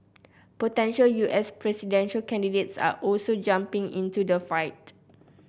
potential U S presidential candidates are also jumping into the fight